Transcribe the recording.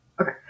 Okay